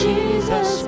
Jesus